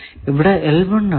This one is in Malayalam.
ഇവിടെ ആണ്